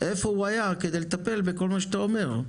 איפה הוא היה כדי לטפל בכל מה שאתה אומר?